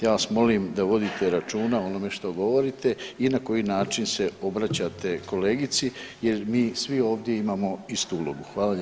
Ja vas molim da vodite računa o onome što govorite i na koji način se obraćate kolegici jer mi svi ovdje imamo istu ulogu.